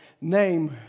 name